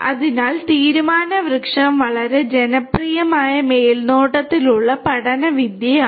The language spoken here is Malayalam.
അതിനാൽ തീരുമാന വൃക്ഷം വളരെ ജനപ്രിയമായ മേൽനോട്ടത്തിലുള്ള പഠന വിദ്യയാണ്